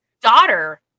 daughter